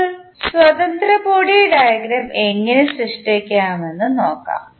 ഇപ്പോൾ സ്വതന്ത്ര body diagram എങ്ങനെ സൃഷ്ടിക്കാമെന്ന് നോക്കാം